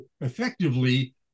effectively